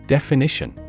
Definition